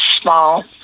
small